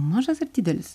mažas ar didelis